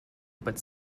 but